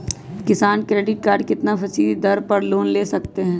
किसान credit card कितना फीसदी दर पर लोन ले सकते हैं?